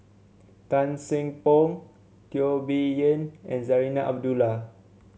Tan Seng Poh Teo Bee Yen and Zarinah Abdullah